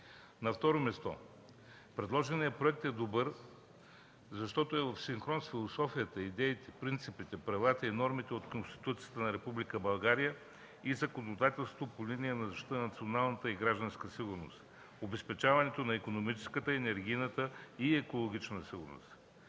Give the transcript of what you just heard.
На второ място, предложеният проект е добър, защото е в синхрон с философията, идеите, принципите, правилата и нормите от Конституцията на Република България и законодателството по линия на защита на националната и гражданската сигурност, обезпечаването на икономическата, енергийната и екологичната сигурност.